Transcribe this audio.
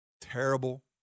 Terrible